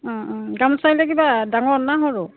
গামোচাবিলাক কিবা ডাঙৰ নে সৰু